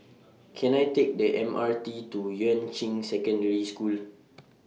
Can I Take The M R T to Yuan Ching Secondary School